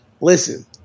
Listen